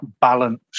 balance